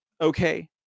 Okay